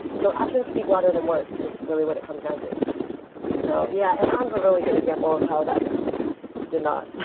so actions speak louder than words is really what it comes down to so yeah, enron is a really good example of how that did not